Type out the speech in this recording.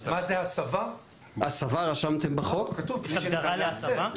כתבתם בחוק מה ההגדרה להסבה?